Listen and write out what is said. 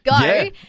go